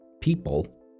People